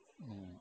mm